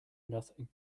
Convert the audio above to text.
nothing